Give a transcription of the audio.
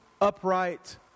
upright